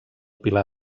pilar